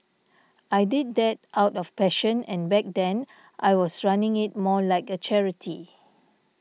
I did that out of passion and back then I was running it more like a charity